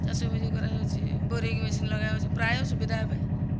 ଚାଷ ଉପଯୋଗୀ କରାଯାଉଛି ବୋରିଂ ମେସିନ୍ ଲଗାଯାଉଛି ପ୍ରାୟ ସୁବିଧା ଏବେ